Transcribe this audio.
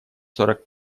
сорок